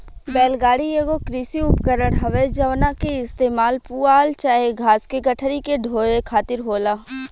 बैल गाड़ी एगो कृषि उपकरण हवे जवना के इस्तेमाल पुआल चाहे घास के गठरी के ढोवे खातिर होला